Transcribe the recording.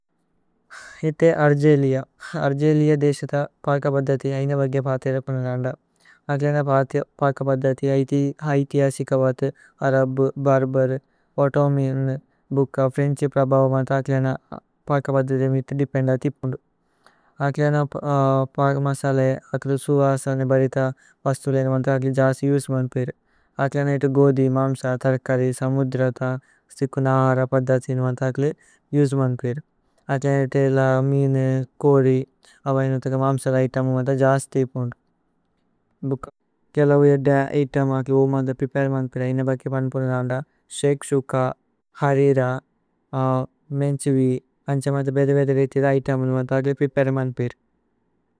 ഇത്തേ അര്ഗേലേഅ। അര്ഗേലേഅ ദേസിത പക പദ്ദതി। ഐന ബഗ ഭാതേര കോന നന്ദ അക്ലേന പക। പദ്ദതി ഐഥി ആസിക ഭാതു അരബ് ഭര്ബേര്। പോതോമിഅന് ഭുക്ക ഫ്രേന്ഛ് പ്രഭവ മഥ അക്ലേന। പക പദ്ദതി മിതി ദേപേന്ദ തിപുന്ദു അക്ലേന। പക മസലഏ അക്ലേന സുവസന ബരിഥ പസ്തുലേ। ന മഥ അക്ലേന ജസി ഉസേമന് പേരു അക്ലേന ഐത। ഗോദി, മാമ്സ, തര്കരി, സമുദ്രത, സികുനര। പദ്ദതി ന മഥ അക്ലേന ഉസേമന് പേരു അക്ലേന। ഐത ല മീനേ കോരി അബ ഐന ഐത മാമ്സ ന। ഇതമ മഥ ജസ്തി തിപുന്ദു ഭുക്ക് കേല ഉഏദ। ഇതമ ഓ മഥ പ്രേപരേമന് പേരു ഐന ബഗ। വന് പുന നന്ദ ശേക്സുക, ഹരേര, മേന്സുവി। അന്ഛ മഥ ബേദ ബേദ രേഇഥി ഇതമ ന മഥ। അക്ലേന പ്രേപരേമന് പേരു।